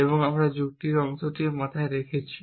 এবং আমরা যুক্তির অংশটিও মাথায় রেখেছি